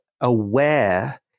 aware